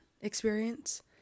experience